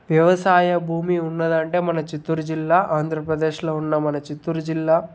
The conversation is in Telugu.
వ్యవసాయ భూమి ఉన్నదంటే మన చిత్తూరు జిల్లా ఆంధ్రప్రదేశ్లో ఉన్న మన చిత్తూరు జిల్లా